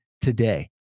today